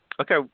Okay